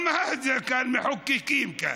מה זה מחוקקים כאן.